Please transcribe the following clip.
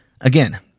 Again